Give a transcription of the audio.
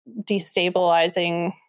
destabilizing